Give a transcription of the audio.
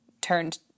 turned